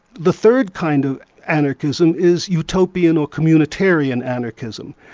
the third kind of anarchism is utopian or communitarian anarchism,